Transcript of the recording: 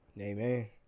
Amen